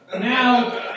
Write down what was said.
now